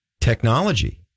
technology